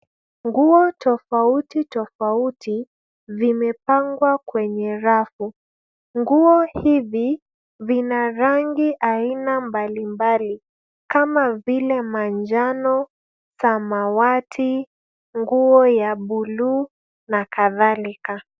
Nguo tofauti tofauti vimepangwa kwenye rafu. Nguo hivi vina rangi aina mbalimbali kama vile manjano, samawati, nguo ya bluu na kadhalika.